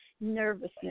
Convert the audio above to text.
nervousness